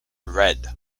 red